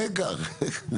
רגע.